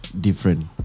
different